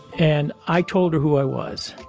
and i told her who i was,